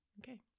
Okay